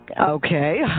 Okay